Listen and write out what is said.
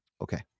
Okay